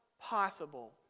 possible